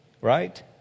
Right